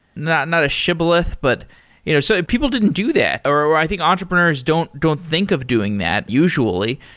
not not a shibboleth, but you know so people didn't do that, or i think entrepreneurs don't don't think of doing that usually.